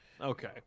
Okay